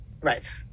Right